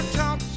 talk